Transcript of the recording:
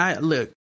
Look